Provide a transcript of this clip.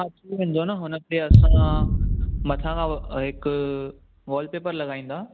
हा थी वेंदो न हुनखे असां मथां खां हिकु वॉलपेपर लॻाईंदा